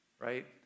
Right